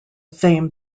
fame